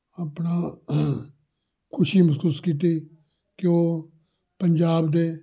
ਆਪਣਾ ਖੁਸ਼ੀ ਮਹਿਸੂਸ ਕੀਤੀ ਕਿ ਉਹ ਪੰਜਾਬ ਦੇ